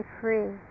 free